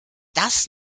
das